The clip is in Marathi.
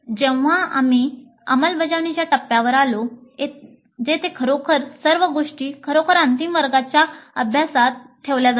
जेव्हा आम्ही अंमलबजावणीच्या टप्प्यावर आलो जेथे खरोखर या सर्व गोष्टी खरोखर अंतिम वर्गाच्या अभ्यासात ठेवल्या जातात